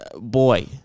boy